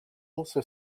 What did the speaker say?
also